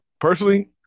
personally